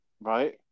Right